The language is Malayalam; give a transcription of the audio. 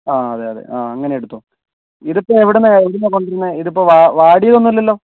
ആഹ് അതെ അതെ ആഹ് അങ്ങനെ എടുത്തോ ഇതിപ്പോൾ എവിടെ നിന്നാണ് എവിടെ നിന്നാണ് കൊണ്ടു വരുന്നത് ഇതിപ്പോൾ വാടിയതൊന്നും അല്ലല്ലോ